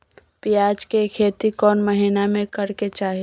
प्याज के खेती कौन महीना में करेके चाही?